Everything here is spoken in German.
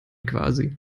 quasi